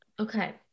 Okay